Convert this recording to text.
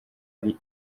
ari